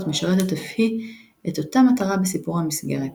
משרתת אף היא את אותה מטרה בסיפור המסגרת,